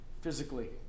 physically